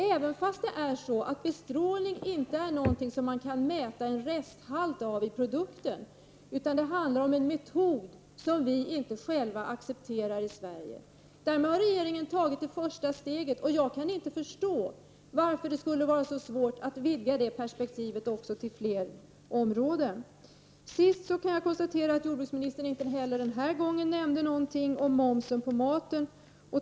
Men bestrålning är inte något som man kan mäta som resthalt i produkten, utan det handlar om en metod som vi inte själva accepterar i Sverige. Regeringen har tagit det första steget. Jag kan inte förstå varför det skall vara så svårt att vidga det perspektivet också till fler områden. Sist konstaterar jag att jordbruksministern inte heller denna gång nämnde något om momsen på maten.